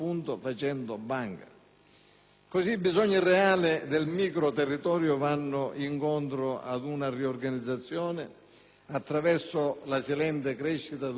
Così i bisogni reali del micro-territorio vanno incontro ad una riorganizzazione, attraverso la silente crescita di un reticolo di nuove realtà,